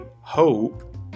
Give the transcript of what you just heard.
hope